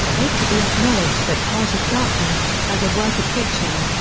achebe acknowledged that heart of darkness, as a work of fiction,